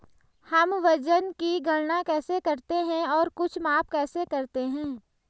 हम वजन की गणना कैसे करते हैं और कुछ माप कैसे करते हैं?